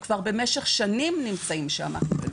הם כבר במשך שנים נמצאים שם.